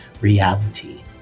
reality